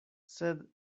sed